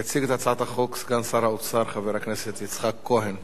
יציג את הצעת החוק סגן שר האוצר חבר הכנסת יצחק כהן.